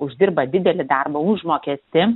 uždirba didelį darbo užmokestį